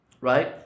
right